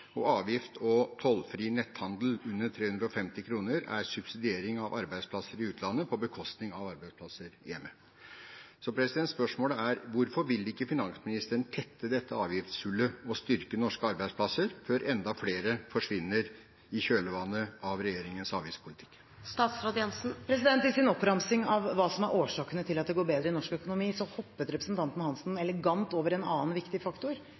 Og toll- og avgiftsfri netthandel for under 350 kr er subsidiering av arbeidsplasser i utlandet på bekostning av arbeidsplasser hjemme. Spørsmålet er: Hvorfor vil ikke finansministeren tette dette avgiftshullet og styrke norske arbeidsplasser før enda flere forsvinner i kjølvannet av regjeringens avgiftspolitikk? I sin oppramsing av hva som er årsakene til at det går bedre i norsk økonomi, hoppet representanten Hansen elegant over en annen viktig faktor,